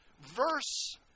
verse